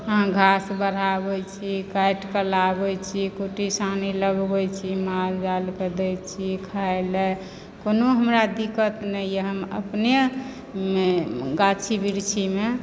हँ घास बढ़ाबै छी काटिके लाबै छी कुट्टी सानी लगबैत छी मालजालकऽ दैत छी खाइलऽ कोनो हमरा दिक्कत नहि यऽ हम अपनेमे गाछी बिरछीमे